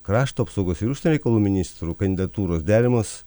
krašto apsaugos ir užsienio reikalų ministrų kandidatūros derinamos